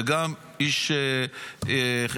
וגם איש חיל